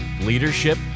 leadership